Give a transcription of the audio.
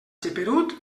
geperut